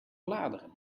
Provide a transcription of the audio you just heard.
bladeren